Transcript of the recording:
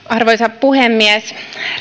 arvoisa puhemies